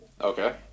Okay